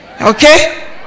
Okay